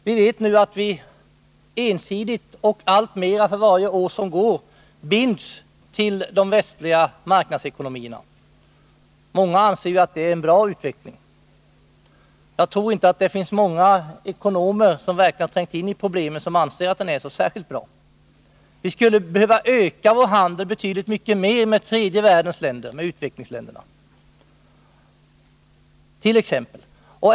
Vi vet att vi nu ensidigt och alltmer för varje år som går binds till de västliga marknadsekonomierna. Många anser att det är en bra utveckling. Jag tror inte att det finns så många ekonomer som verkligen har trängt in i problemen som anser att den utvecklingen är så bra. Vi skulle betydligt mycket mer behöva öka vår handel med tredje världens länder, med utvecklingsländerna.